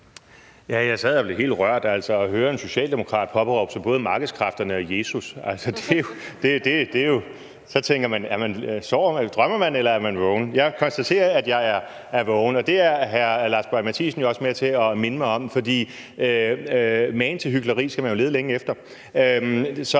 Jeg sad og blev helt rørt over at høre en socialdemokrat påberåbe sig både markedskræfterne og Jesus. Så tænker man: Drømmer jeg, eller er jeg vågen? Jeg konstaterer, at jeg er vågen, og det er hr. Lars Boje Mathiesen jo også med til at minde mig om, for magen til hykleri skal man lede længe efter.